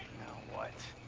what?